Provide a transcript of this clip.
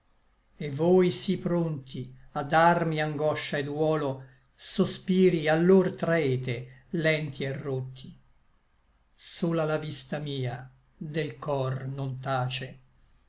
et voi sí pronti a darmi angoscia et duolo sospiri allor traete lenti et rotti sola la vista mia del cor non tace